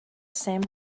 same